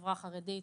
החברה החרדית